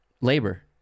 labor